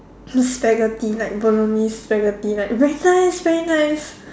just spaghetti like bolognese spaghetti like very nice very nice